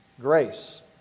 Grace